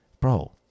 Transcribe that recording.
Bro